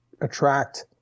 attract